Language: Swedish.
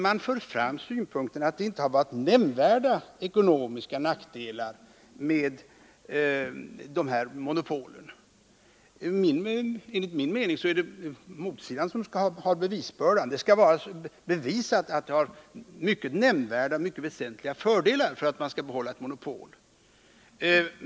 De för fram synpunkten att det inte har varit nämnvärda ekonomiska nackdelar med de här monopolen. Enligt min mening är det motsidan som skall ha bevisbördan. Det skall vara bevisat att det har varit mycket väsentliga fördelar för att man skall behålla monopolen.